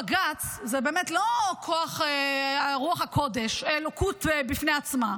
בג"ץ זה באמת לא כוח רוח הקודש, אלוקות בפני עצמה.